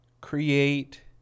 create